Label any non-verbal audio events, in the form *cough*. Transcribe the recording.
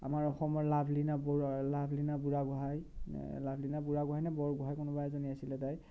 আমাৰ অসমৰ লাভলীনা *unintelligible* লাভলীনা বুঢ়াগোহাঁই লাভলীনা বুঢ়াগোহাঁই নে বৰগোহাঁই কোনোবা এজনী আছিলে তাই